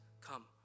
Come